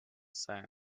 sand